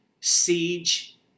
siege